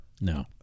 No